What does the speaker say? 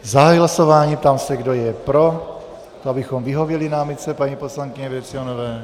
Zahajuji hlasování a ptám se, kdo je pro, abychom vyhověli námitce paní poslankyně Vrecionové.